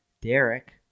Derek